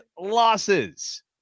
losses